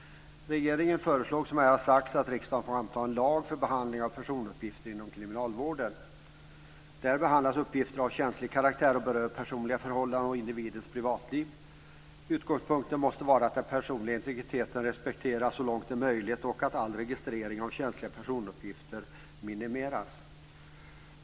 Regeringen föreslår, som här har sagts, att riksdagen får anta en lag för behandling av personuppgifter inom kriminalvården. Där behandlas uppgifter av känslig karaktär som berör personliga förhållanden och individens privatliv. Utgångspunkten måste vara att den personliga integriteten respekteras så långt det är möjligt och att all registrering av känsliga personuppgifter minimeras.